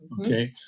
Okay